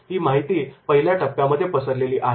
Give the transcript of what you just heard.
ही माहिती पहिल्या टप्प्यामध्ये पसरलेली आहे